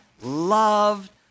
loved